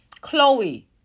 Chloe